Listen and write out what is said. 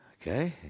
Okay